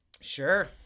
Sure